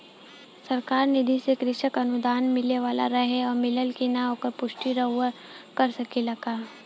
सरकार निधि से कृषक अनुदान मिले वाला रहे और मिलल कि ना ओकर पुष्टि रउवा कर सकी ला का?